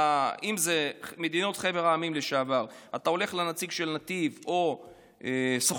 אם זה חבר המדינות לשעבר אתה הולך לנציג של נתיב או הסוכנות,